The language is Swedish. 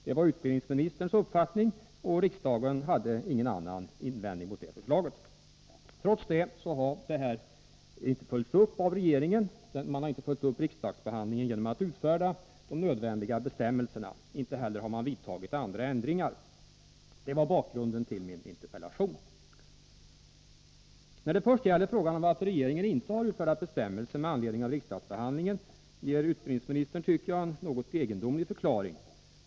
Det var utbildningsministerns uppfattning, och riksdagen hade inte någon invändning mot förslaget. Trots detta har regeringen inte följt upp riksdagsbehandlingen genom att utfärda de nödvändiga bestämmelserna. Inte heller har andra ändringar vidtagits. Detta var bakgrunden till min interpellation. När det först gäller frågan varför regeringen inte har utfärdat bestämmelser med anledning av riksdagsbehandlingen ger utbildningsministern en något egendomlig förklaring.